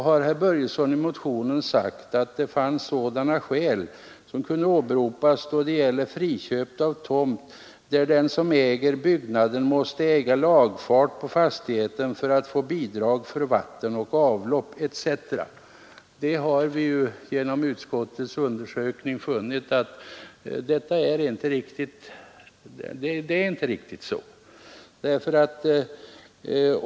Herr Börjesson har i motionen sagt att sådana skäl borde kunna åberopas då det gäller friköp av tomt där den som äger byggnaderna måste äga lagfart på fastigheten för att få bidrag för vatten och avlopp etc. Vi har genom utskottets undersökning funnit att det inte riktigt är så.